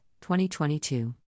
2022